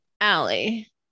Allie